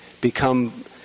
become